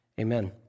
Amen